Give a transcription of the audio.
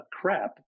crap